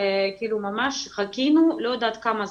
וכאילו ממש חיכינו לא יודעת כמה זמן,